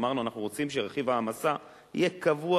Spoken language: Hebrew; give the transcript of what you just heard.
אמרנו שאנחנו רוצים שרכיב ההעמסה יהיה קבוע,